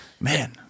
man